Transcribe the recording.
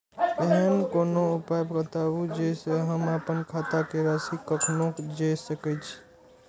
ऐहन कोनो उपाय बताबु जै से हम आपन खाता के राशी कखनो जै सकी?